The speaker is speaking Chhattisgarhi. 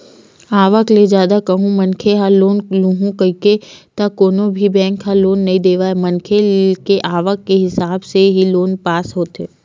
आवक ले जादा कहूं मनखे ह लोन लुहूं कइही त कोनो भी बेंक ह लोन नइ देवय मनखे के आवक के हिसाब ले ही लोन पास होथे